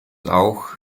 auch